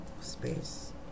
space